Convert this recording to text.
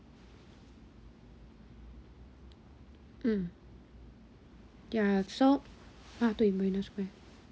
mm yeah so ah 对 marina square